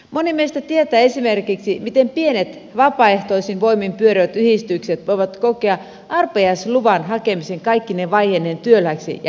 moni meistä tietää esimerkiksi miten pienet vapaaehtoisin voimin pyörivät yhdistykset voivat kokea arpajaisluvan hakemisen kaikkine vaiheineen työlääksi ja hintavaksi